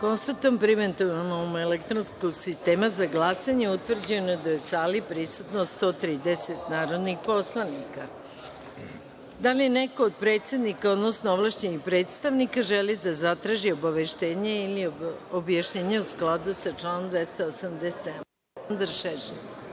da je, primenom elektronskog sistema za glasanje, utvrđeno da je u sali prisutno 130 narodnih poslanika. Da li neko od predsednika, odnosno ovlašćenih predstavnika želi da zatraži obaveštenje ili objašnjenje u skladu sa članom 287?Reč